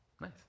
Nice